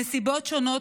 נסיבות שונות,